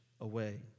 away